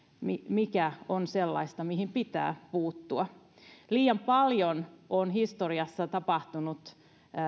mikä mikä on sellaista mihin pitää puuttua liian paljon on historiassa tapahtunut